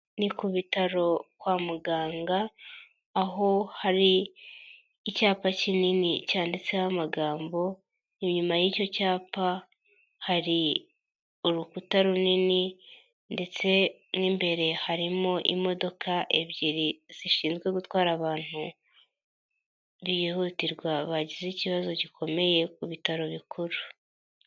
Ni ku bitaro kwa muganga aho hari icyapa kinini cyanditseho amagambo, inyuma y'icyo cyapa hari urukuta runini, ndetse n'imbere harimo imodoka ebyiri zishinzwe gutwara abantu bihutirwa bagize ikibazo gikomeye ku bitaro bikuru.